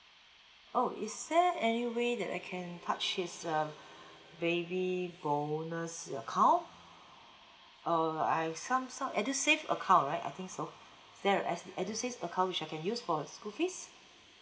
oh is there any way that I can touch his um baby bonus account uh I've some sort edusave account right I think so is that a edu~ edusave account which I can use for his school fees